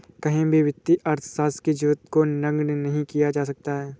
कहीं भी वित्तीय अर्थशास्त्र की जरूरत को नगण्य नहीं किया जा सकता है